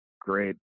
great